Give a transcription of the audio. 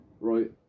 right